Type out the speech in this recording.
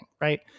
right